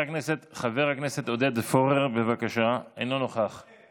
חבר הכנסת עודד פורר, מוותר,